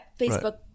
Facebook